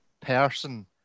person